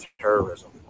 terrorism